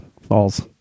falls